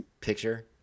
picture